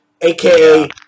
aka